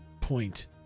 point